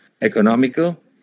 economical